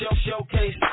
Showcase